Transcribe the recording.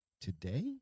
today